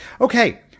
Okay